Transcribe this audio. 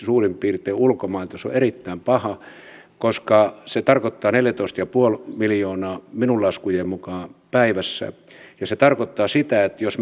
suurin piirtein yhdeksänkymmentä prosenttisesti ulkomailta se on erittäin paha koska se tarkoittaa neljätoista pilkku viisi miljoonaa päivässä minun laskujeni mukaan ja se tarkoittaa sitä että jos